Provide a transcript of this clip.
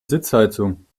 sitzheizung